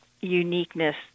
uniqueness